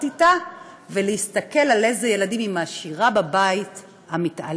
אתה ולהסתכל על אילו ילדים היא משאירה בבית המתעלל.